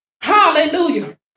Hallelujah